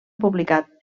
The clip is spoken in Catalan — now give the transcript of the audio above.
publicat